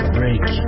break